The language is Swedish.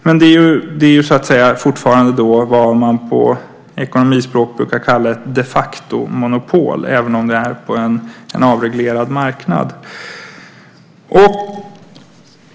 Men det är fortfarande ett, som man på ekonomispråk brukar kalla det för, de facto-monopol även om det är på en avreglerad marknad.